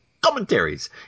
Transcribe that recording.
commentaries